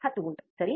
10 volt ಸರಿ